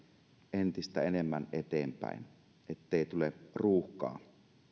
entistä enemmän eteenpäin ettei tule ruuhkaa